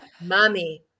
mommy